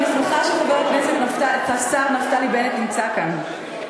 ואני שמחה שהשר נפתלי בנט נמצא כאן.